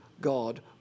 God